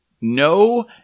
No